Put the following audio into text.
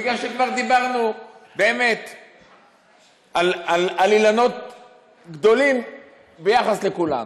בגלל שכבר דיברנו על אילנות גדולים ביחס לכולם.